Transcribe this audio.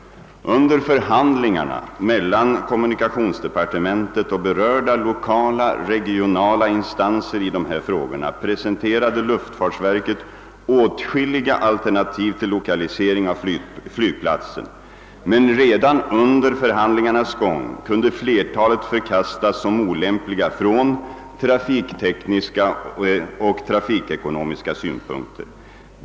Under förhandlingarna mellan kommunikationsdepartementet och berörda lokala regionala instanser i dessa frågor presenterade luftfartsverket åtskilliga alternativ till lokalisering av flygplatsen. Men redan under förhandlingarnas gång kunde flertalet förkastas som olämpliga från trafiktekniska och trafikekonomiska synpunkter.